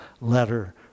letter